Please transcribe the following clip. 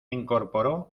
incorporó